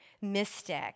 mystic